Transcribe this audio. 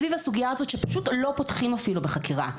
סביב הסוגיה הזאת שפשוט לא פותחים אפילו בחקירה.